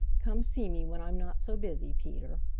come see me when i'm not so busy peter.